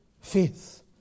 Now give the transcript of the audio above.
faith